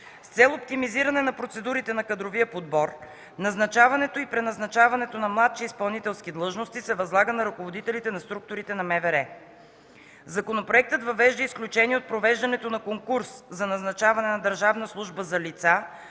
С цел оптимизиране на процедурите на кадровия подбор, назначаването и преназначаването на младши изпълнителски длъжности се възлага на ръководителите на структурите на МВР. Законопроектът въвежда изключение от провеждането на конкурс за назначаване на държавна